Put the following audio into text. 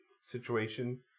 situation